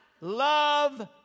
love